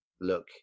look